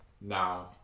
now